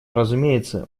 разумеется